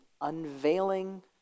unveiling